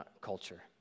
culture